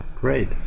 Great